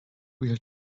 real